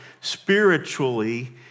spiritually